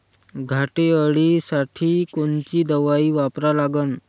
घाटे अळी साठी कोनची दवाई वापरा लागन?